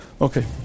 Okay